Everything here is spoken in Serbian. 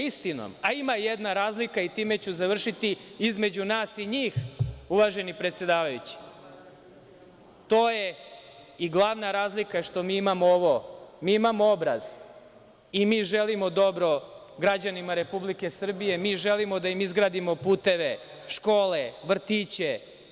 Ima jedna razlika, time ću završiti, između nas i njih, uvaženi predsedavajući, to je i glavna razlika je što mi imamo obraz i mi želimo dobro građanima Republike Srbije, mi želimo da im izgradimo puteve, škole, vrtiće.